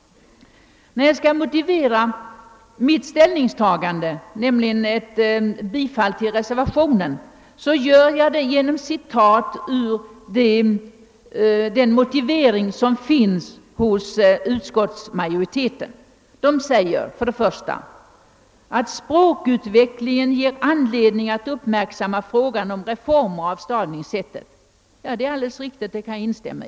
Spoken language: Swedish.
När jag skall motivera mitt ställningstagande, bifall till reservationen, gör jag det genom citat ur utskottsmajoritetens motivering. Där står för det första att språkutvecklingen ger »anledning att uppmärksamma frågan om reformer av stavningssättet». Detta är alldeles riktigt, det kan jag instämma i.